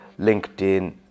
LinkedIn